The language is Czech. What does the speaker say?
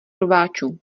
rváčů